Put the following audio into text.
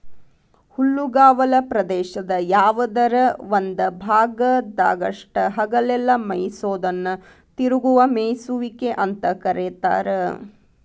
ಹುಲ್ಲುಗಾವಲ ಪ್ರದೇಶದ ಯಾವದರ ಒಂದ ಭಾಗದಾಗಷ್ಟ ಹಗಲೆಲ್ಲ ಮೇಯಿಸೋದನ್ನ ತಿರುಗುವ ಮೇಯಿಸುವಿಕೆ ಅಂತ ಕರೇತಾರ